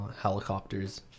helicopters